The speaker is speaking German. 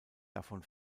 davon